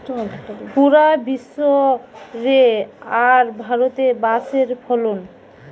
পুরা বিশ্ব রে আর ভারতে বাঁশের ফলন